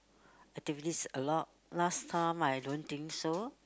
activities a lot last time I don't think so